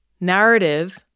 narrative